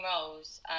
roles